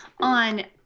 on